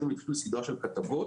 התחילה סדרה של כתבות